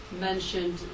mentioned